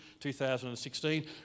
2016